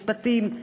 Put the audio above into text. משפטים,